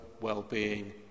well-being